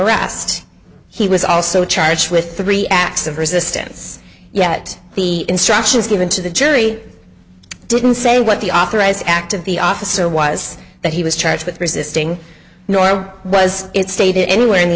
arrest he was also charged with three acts of resistance yet the instructions given to the jury didn't say what the authorized act of the officer was that he was charged with resisting nor was it stated anywhere in the